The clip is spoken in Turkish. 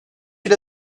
ila